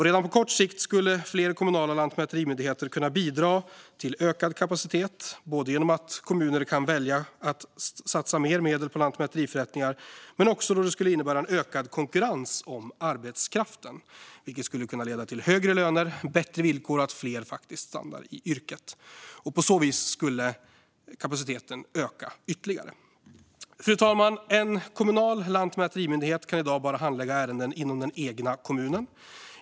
Redan på kort sikt skulle fler kommunala lantmäterimyndigheter kunna bidra till ökad kapacitet både genom att kommuner kan välja att satsa mer medel på lantmäteriförrättningar och genom att det skulle innebära en ökad konkurrens om arbetskraften, vilket skulle kunna leda till högre löner, bättre villkor och att fler faktiskt stannar kvar i yrket. På så vis skulle kapaciteten öka ytterligare. Fru talman! En kommunal lantmäterimyndighet kan i dag bara handlägga ärenden inom den egna kommunen.